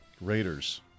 Raiders